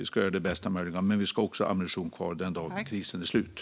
Vi ska göra det bästa möjliga. Men vi ska också ha ammunition kvar den dag krisen är över.